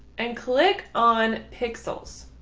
and click on pixels.